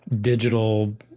digital